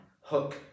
hook